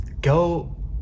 go